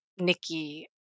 Nikki